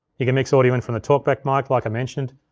you can mix audio in from the talkback mic like i mentioned.